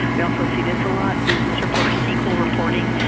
we also see this a lot, business report or sql reporting,